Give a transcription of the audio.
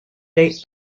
date